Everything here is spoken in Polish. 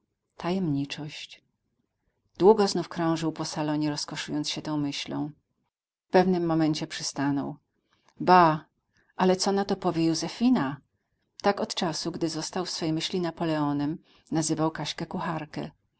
tajemniczość długo znów krążył po salonie rozkoszując się tą myślą w pewnym momencie przystanął ba ale co na to powie józefina tak od czasu gdy został w swej myśli napoleonem nazywał kaśkę kucharkę